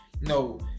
no